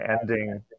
ending